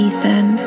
Ethan